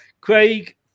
Craig